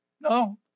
No